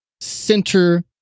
center